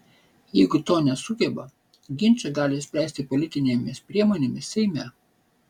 jeigu to nesugeba ginčą gali spręsti politinėmis priemonėmis seime